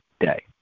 day